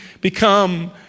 become